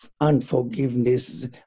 unforgiveness